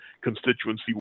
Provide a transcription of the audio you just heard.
constituency